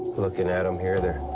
looking at em here, they're,